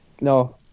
No